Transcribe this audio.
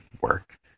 work